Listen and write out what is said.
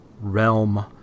realm